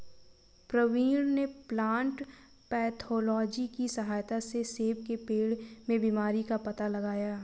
प्रवीण ने plant pathology की सहायता से सेब के पेड़ में बीमारी का पता लगाया